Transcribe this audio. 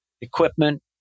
equipment